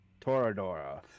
Toradora